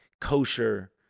kosher